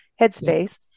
headspace